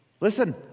Listen